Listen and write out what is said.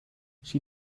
she